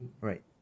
Right